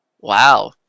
Wow